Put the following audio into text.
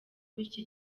bityo